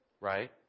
right